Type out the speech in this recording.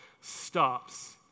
stops